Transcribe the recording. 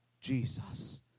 Jesus